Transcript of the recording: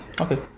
Okay